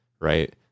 right